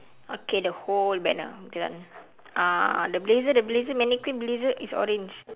okay the whole banner okay done uh the blazer the blazer mannequin blazer is orange